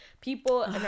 people